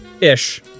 Ish